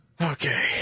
Okay